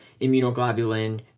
immunoglobulin